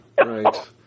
right